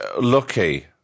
lucky